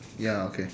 ya okay